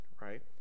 right